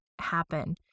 happen